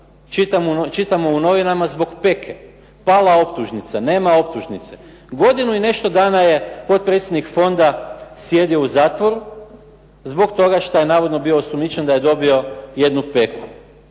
čitamo u novinama zbog peke. Pala optužnica, nema optužnice. Godinu i nešto dana je potpredsjednik fonda sjedio u zatvoru zbog toga što je navodno bio osumnjičen da je dobio jednu peku.